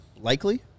likely –